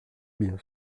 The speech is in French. bien